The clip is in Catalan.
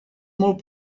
molt